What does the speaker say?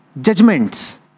judgments